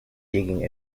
digging